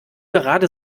gerade